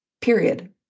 period